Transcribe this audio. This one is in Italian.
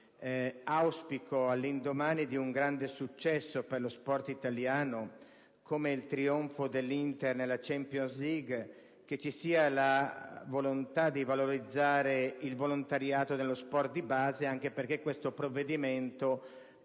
che vi sia, all'indomani di un grande successo per lo sport italiano come il trionfo dell'Inter nella Champions League, la volontà di valorizzare il volontariato nello sport di base, anche perché questo provvedimento